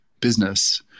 business